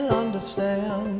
understand